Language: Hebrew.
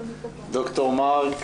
נפנה לד"ר מרק